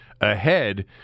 ahead